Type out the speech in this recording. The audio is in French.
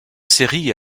série